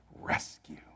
Rescue